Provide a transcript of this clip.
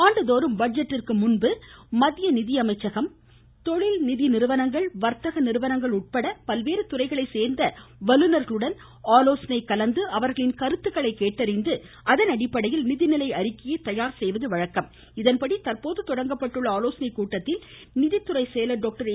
ஆண்டுதோறும் பட்ஜெட்டிற்கு முன்பு மத்திய நிதிமைச்சகம் தொழில் நிதிநிறுவனம் வர்த்தக நிறுவனம் உட்பட பல்வேறு துறைகளைச் சேர்ந்த வல்லுநர்களுடன் ஆலோசனை கலந்து அவர்களின் கருத்துக்களை கேட்டறிந்து அதன் அடிப்படையில் நிதிநிலை அறிக்கையை தயார்செய்வது வழக்கம் இதன்படி தற்போது தொடங்கப்பட்டுள்ள ஆலோசனை கூட்டத்தில் நிதிதுறை செயலர் டாக்டர் ஏ